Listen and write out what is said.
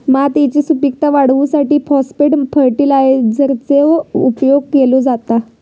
मातयेची सुपीकता वाढवूसाठी फाॅस्फेट फर्टीलायझरचो उपयोग केलो जाता